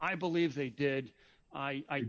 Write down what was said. i believe they did i